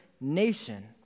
nation